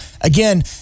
again